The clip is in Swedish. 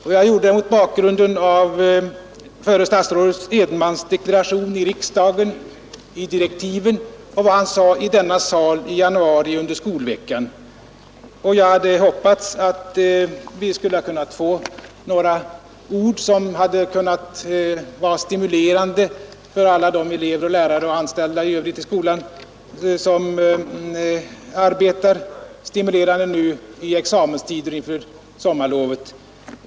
Jag gjorde det mot bakgrunden av förre statsrådet Edenmans deklaration i riksdagen, i direktiven och vad han sade om kunskapsstandarden i skolan i denna sal under Skolveckan i januari i år. Jag har hoppats att vi skulle få några ord som kunde vara stimulerande för alla de elever, lärare och anställda i övrigt som arbetar i skolan — stimulerande nu i examenstider inför sommarlovet.